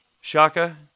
Shaka